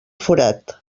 forat